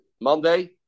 Monday